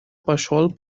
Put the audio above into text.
пошел